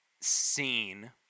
seen